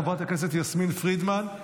חברת הכנסת יסמין פרידמן,